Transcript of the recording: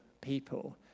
people